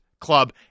club